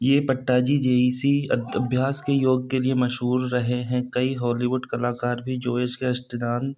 ये पट्टाजी जेईसी अभ्यास के योग के लिए मशहूर रहे हैं कई हॉलिवुड कलाकार भी जो इस अष्टांग